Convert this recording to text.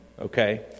okay